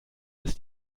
ist